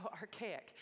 archaic